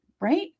Right